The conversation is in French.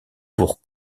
pour